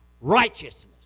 righteousness